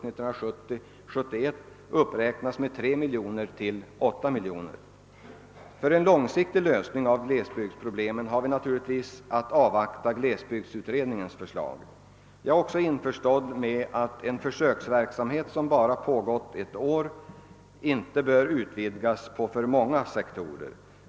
För en långsiktig lösning av glesbygdsproblemen har vi naturligtvis att avvakta glesbygdsutredningens förslag. Jag är också införstådd med att en försöksverksamhet, som bara pågått ett år, inte bör utvidgas på för många sektorer.